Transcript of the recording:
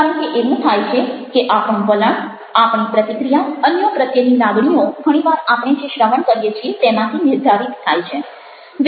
કારણ કે એવું થાય છે કે આપણું વલણ આપણી પ્રતિક્રિયાઅન્યો પ્રત્યેની લાગણીઓ ઘણી વાર આપણે જે શ્રવણ કરીએ છીએ તેમાંથી નિર્ધારિત થાય છે